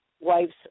wife's